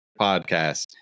podcast